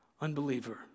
unbeliever